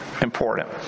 important